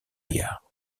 gare